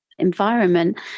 environment